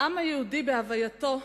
העם היהודי בהווייתו,